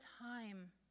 time